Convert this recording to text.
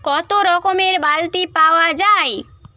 কত রকমের বালতি পাওয়া যায়